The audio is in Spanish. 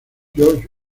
george